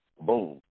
boom